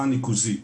הניקוזית